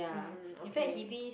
um okay